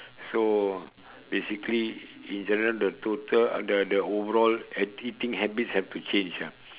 so basically in general the total the the overall eat~ eating habits have to change ah